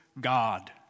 God